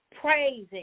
praising